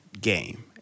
game